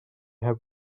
her